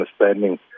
understanding